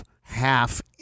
half